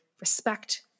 Respect